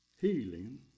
Healing